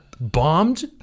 bombed